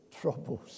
troubles